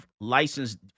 licensed